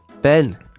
Ben